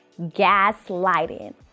gaslighting